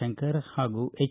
ಶಂಕರ್ ಹಾಗೂ ಎಚ್